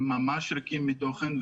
הם ממש ריקים מתוכן.